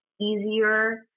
easier